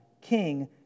king